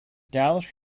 dallas